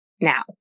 now